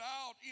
out